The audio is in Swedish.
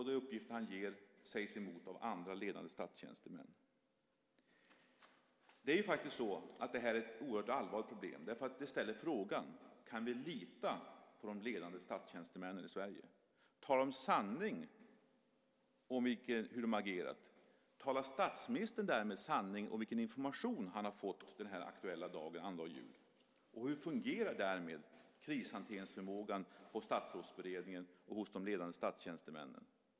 De uppgifter han ger sägs emot av andra ledande statstjänstemän. Det är ett oerhört allvarligt problem. Det reser frågan: Kan vi lita på de ledande statstjänstemännen i Sverige? Talar de sanning om hur de agerat? Talar statsministern därmed sanning om vilken information han har fått den aktuella dagen, annandag jul? Hur fungerar därmed krishanteringsförmågan på Statsrådsberedningen och hos de ledande statstjänstemännen?